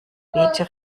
beete